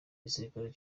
gisirikare